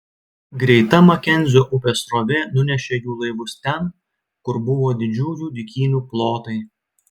greita makenzio upės srovė nunešė jų laivus ten kur buvo didžiųjų dykynių plotai